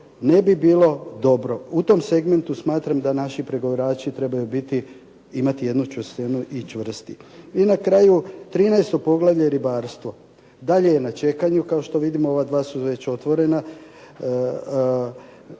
ne bi bilo dobro. U tom segmentu smatram da naši pregovarači trebaju biti, imati jednu čvrstinu i čvrsti. I na kraju 13. poglavlje ribarstvo. Dalje je na čekanju. Kao što vidimo ova dva su već otvorena.